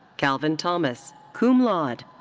calvin thomas, cum laude.